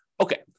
Okay